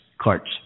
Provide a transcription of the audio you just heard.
Carts